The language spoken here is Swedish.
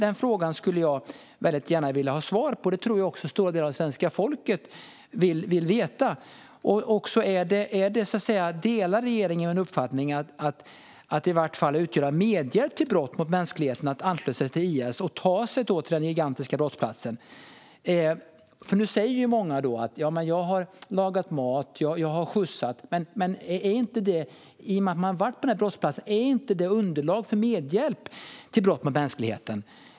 Den frågan skulle jag väldigt gärna vilja ha svar på, och det tror jag att stora delar av svenska folket också vill. Delar regeringen uppfattningen att det i vart fall utgör medhjälp till brott mot mänskligheten att ansluta sig till IS och att ta sig till den gigantiska brottsplatsen? Nu säger många att de har lagat mat eller skjutsat, men är inte det - i och med att de har varit på brottsplatsen - underlag för att de ska kunna dömas för medhjälp till brott mot mänskligheten?